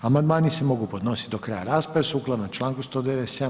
Amandmani se mogu podnositi do kraja rasprave sukladno Članku 197.